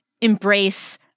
embrace